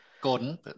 Gordon